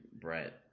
brett